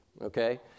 okay